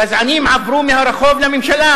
גזענים עברו מהרחוב לממשלה.